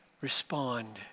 respond